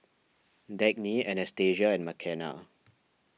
Dagny Anastasia and Makenna